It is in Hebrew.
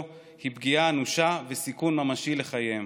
היא פגיעה אנושה וסיכון ממשי לחייהם.